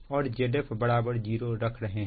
और Zf 0 रख रहे हैं